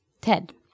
Ted